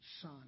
Son